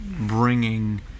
bringing